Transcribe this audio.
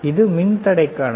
இது மின்தடைகானது